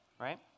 right